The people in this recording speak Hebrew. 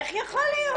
איך יכול להיות.